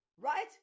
Right